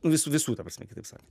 visų visų ta prasme kaip sakan